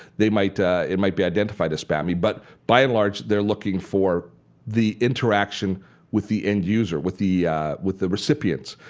they might and might be identified as spammy. but by and large, they're looking for the interaction with the end user, with the with the recipients.